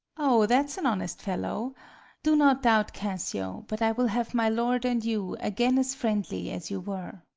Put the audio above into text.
o, that's an honest fellow do not doubt, cassio, but i will have my lord and you again as friendly as you were.